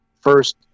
first